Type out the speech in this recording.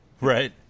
Right